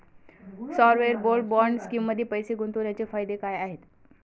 Sovereign gold bond स्कीममध्ये पैसे गुंतवण्याचे फायदे काय आहेत?